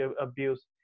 abuse